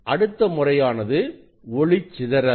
அடுத்த முறையானது ஒளிச்சிதறல்